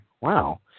Wow